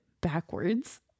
backwards